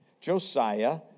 Josiah